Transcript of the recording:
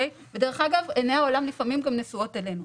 דרך אגב, עיני העולם לפעמים גם נשואות אלינו.